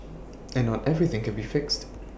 and not everything can be fixed